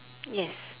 yes